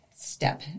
step